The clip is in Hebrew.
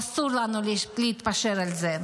ואסור לנו להתפשר על זה.